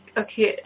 okay